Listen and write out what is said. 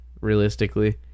realistically